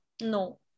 No